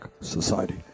society